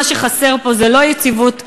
מה שחסר פה זה לא יציבות שלטונית,